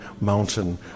mountain